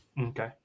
Okay